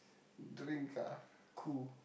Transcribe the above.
drink uh Qoo